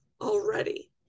already